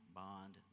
bond